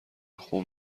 خون